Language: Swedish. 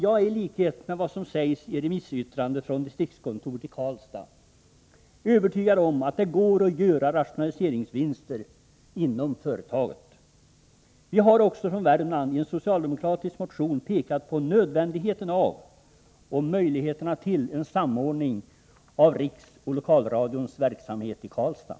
Jag är, i likhet med dem som skrivit remissyttrandet från distriktskontoret i Karlstad, övertygad om att det går att göra rationaliseringsvinster inom företaget. Vi har också från Värmland i en socialdemokratisk motion pekat på nödvändigheten av och möjligheterna till en samordning av Riksoch Lokalradions verksamhet i Karlstad.